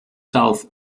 south